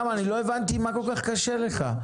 גם לא הבנתי מה כל כך קשה לך.